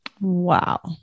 Wow